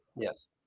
Yes